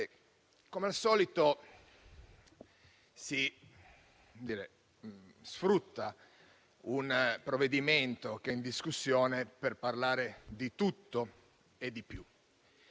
come al solito si sfrutta un provvedimento in discussione per parlare di tutto e di più.